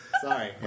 sorry